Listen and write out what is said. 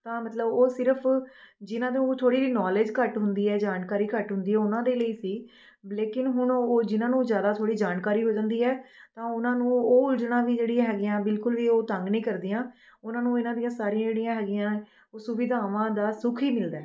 ਤਾਂ ਮਤਲਬ ਉਹ ਸਿਰਫ ਜਿਹਨਾਂ ਨੂੰ ਥੋੜ੍ਹੀ ਜੀ ਨੌਲਜ ਘੱਟ ਹੁੰਦੀ ਹੈ ਜਾਣਕਾਰੀ ਘੱਟ ਹੁੰਦੀ ਹੈ ਉਹਨਾਂ ਦੇ ਲਈ ਸੀ ਲੇਕਿਨ ਹੁਣ ਉਹ ਜਿਹਨਾਂ ਨੂੰ ਜ਼ਿਆਦਾ ਥੋੜ੍ਹੀ ਜਾਣਕਾਰੀ ਹੋ ਜਾਂਦੀ ਹੈ ਤਾਂ ਉਹਨਾਂ ਨੂੰ ਉਹ ਉਲਝਣਾਂ ਵੀ ਜਿਹੜੀਆਂ ਹੈਗੀਆਂ ਬਿਲਕੁਲ ਵੀ ਉਹ ਤੰਗ ਨਹੀਂ ਕਰਦੀਆਂ ਉਹਨਾਂ ਨੂੰ ਇਹਨਾਂ ਦੀਆਂ ਸਾਰੀਆਂ ਜਿਹੜੀਆਂ ਹੈਗੀਆਂ ਸੁਵਿਧਾਵਾਂ ਦਾ ਸੁੱਖ ਹੀ ਮਿਲਦਾ ਹੈ